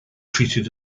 treated